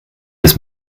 des